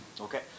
Okay